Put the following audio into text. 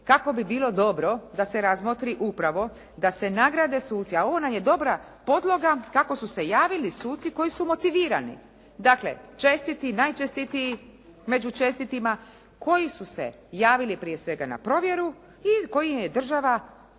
kako bi bilo dobro da se razmotri upravo da se nagrade suci, a ovo nam je dobra podloga kako su se javili suci koji su motivirani. Dakle, čestiti, najčestitiji među čestitima koji su se javili prije svega na provjeru i kojima je država spremna